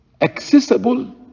accessible